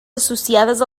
associades